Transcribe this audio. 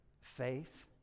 faith